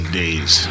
days